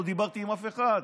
לא דיברתי עם אף אחד.